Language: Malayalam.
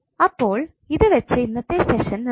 അപ്പോൾ ഇത് വെച്ച് ഇന്നത്തെ സെഷൻ നിർത്തുന്നു